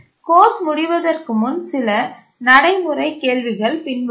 course முடிவதற்கு முன் சில நடைமுறை கேள்விகள் பின்வருமாறு